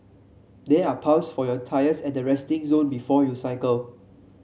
there are pumps for your tyres at the resting zone before you cycle